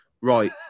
Right